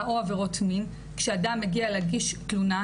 אני לא יכולה לומר --- שמעת דוגמאות פה.